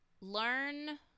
learn